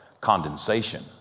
condensation